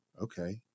Okay